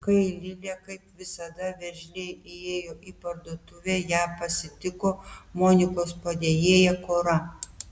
kai lilė kaip visada veržliai įėjo į parduotuvę ją pasitiko monikos padėjėja kora